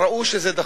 ראו שזה דחוף.